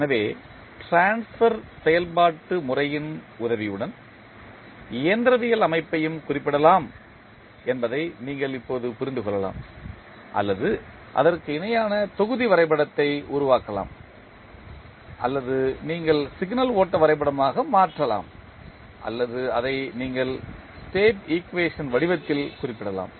எனவே ட்ரான்ஸ்பர் செயல்பாட்டு முறையின் உதவியுடன் இயந்திரவியல் அமைப்பையும் குறிப்பிடலாம் என்பதை நீங்கள் இப்போது புரிந்து கொள்ளலாம் அல்லது அதற்கு இணையான தொகுதி வரைபடத்தை உருவாக்கலாம் அல்லது நீங்கள் சிக்னல் ஓட்ட வரைபடமாக மாற்றலாம் அல்லது அதை நீங்கள் ஸ்டேட் ஈக்குவேஷன் வடிவத்தில் குறிப்பிடலாம்